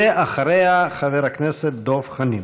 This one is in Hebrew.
ואחריה, חבר הכנסת דב חנין.